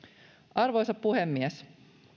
arvoisa puhemies